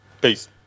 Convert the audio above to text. Peace